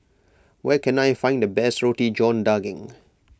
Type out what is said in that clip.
where can I find the best Roti John Daging